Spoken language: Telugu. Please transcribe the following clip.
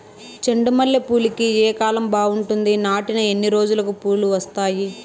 చెండు మల్లె పూలుకి ఏ కాలం బావుంటుంది? నాటిన ఎన్ని రోజులకు పూలు వస్తాయి?